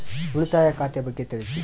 ಉಳಿತಾಯ ಖಾತೆ ಬಗ್ಗೆ ತಿಳಿಸಿ?